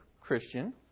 Christian